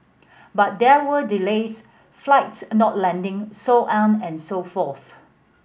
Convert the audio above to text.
but there were delays flights not landing so on and so forth